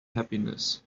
happiness